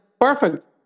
perfect